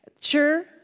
Sure